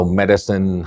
medicine